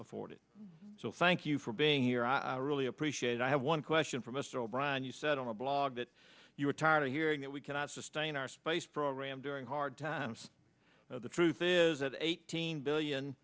afford it so thank you for being here i really appreciate it i have one question for mr o'brien you said on our blog that you are tired of hearing that we cannot sustain our space program during hard times the truth is that eighteen billion